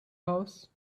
house